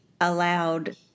allowed